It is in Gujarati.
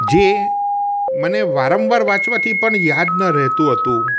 જે વારંવાર વાંચવાથી પણ યાદ ન રહેતું હતું